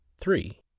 three